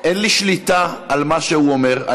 אין לי שליטה על מה שהוא אומר.